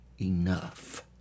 enough